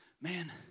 man